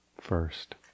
first